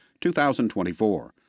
2024